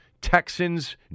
Texans